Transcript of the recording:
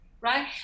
right